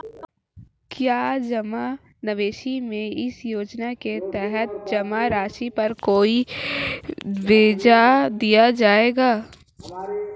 क्या जमा निवेश में इस योजना के तहत जमा राशि पर कोई ब्याज दिया जाएगा?